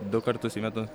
du kartus į metus